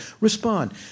respond